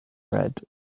red